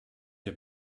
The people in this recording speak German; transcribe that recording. wir